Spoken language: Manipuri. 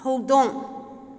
ꯍꯧꯗꯣꯡ